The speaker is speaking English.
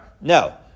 No